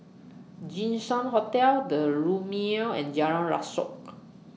Jinshan Hotel The Lumiere and Jalan Rasok